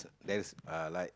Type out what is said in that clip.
there's uh like